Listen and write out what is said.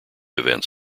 events